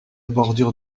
bordure